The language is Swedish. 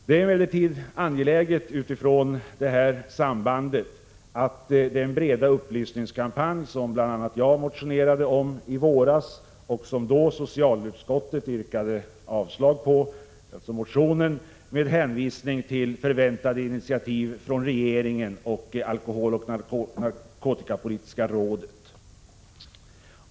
Det är emellertid angeläget utifrån det sambandet att den breda upplysningskampanj genomförs som bl.a. jag motionerade om i våras. Socialutskottet yrkade då avslag på det förslaget, med hänvisning till förväntade initiativ från regeringen och alkoholoch narkotikapolitiska rådet.